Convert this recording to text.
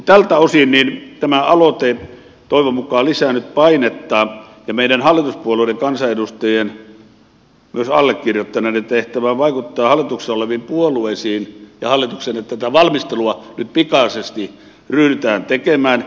tältä osin tämä aloite toivon mukaan lisää nyt painetta ja meidän hallituspuolueiden kansanedustajien myös allekirjoittaneiden tehtävä on vaikuttaa hallituksessa oleviin puolueisiin ja hallitukseen että tätä valmistelua nyt pikaisesti ryhdytään tekemään